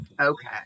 okay